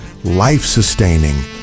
life-sustaining